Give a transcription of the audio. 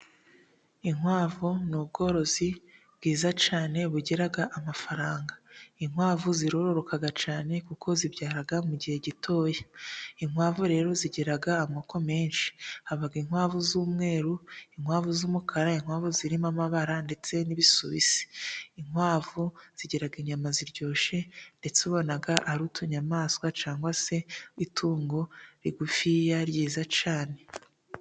Inkwavu ni ubworozi bwiza cyane bugira amafaranga. Inkwavu zirororoķa cyane kuko zibyara mu gihe gitoya. Inkwavu rero zigira amoko menshi. Haba inkwavu z'umweru, inkwavu z'umukara, inkwavu zirimo amabara ndetse n'ibisuwisi. Inkwavu zigira inyama ziryoshye ndetse ubona ari utunyamaswa cyangwa se itungo rigufiya ryiza cyane.